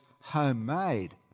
homemade